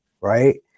right